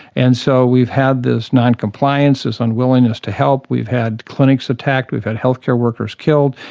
and so we've had this non-compliance, this unwillingness to help, we've had clinics attacked, we've had healthcare workers killed,